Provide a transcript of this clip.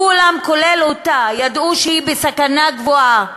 כולם, כולל היא, ידעו שהיא בסכנה גבוהה,